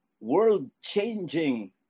world-changing